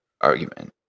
argument